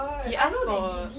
he ask for